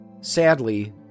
Sadly